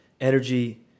energy